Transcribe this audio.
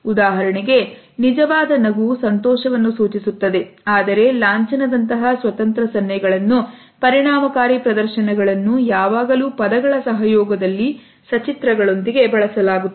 ಉದಾಹರಣೆಗೆ ನಿಜವಾದ ನಗು ಸಂತೋಷವನ್ನು ಸೂಚಿಸುತ್ತದೆ ಆದರೆ ಲಾಂಛನ ದಂತಹ ಸ್ವತಂತ್ರ ಸನ್ನೆಗಳನ್ನು ಪರಿಣಾಮಕಾರಿ ಪ್ರದರ್ಶನಗಳನ್ನು ಯಾವಾಗಲೂ ಪದಗಳ ಸಹಯೋಗದಲ್ಲಿ ಸಚಿತ್ರಗಳೊಂದಿಗೆ ಬಳಸಲಾಗುತ್ತದೆ